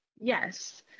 Yes